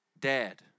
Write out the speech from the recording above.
dad